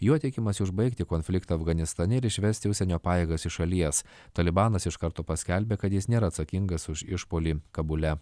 juo tikimasi užbaigti konfliktą afganistane ir išvesti užsienio pajėgas iš šalies talibanas iš karto paskelbė kad jis nėra atsakingas už išpuolį kabule